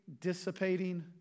dissipating